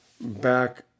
back